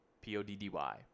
P-O-D-D-Y